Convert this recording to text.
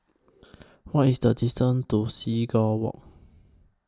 What IS The distance to Seagull Walk